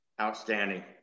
Outstanding